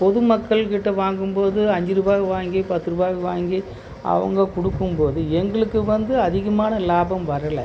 பொது மக்கள் கிட்ட வாங்கும்போது அஞ்சு ரூபாய்க்கு வாங்கி பத்து ரூபாய்க்கு வாங்கி அவங்க கொடுக்கும்போது எங்களுக்கு வந்து அதிகமான லாபம் வரல